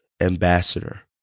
ambassador